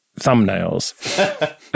thumbnails